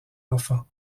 enfants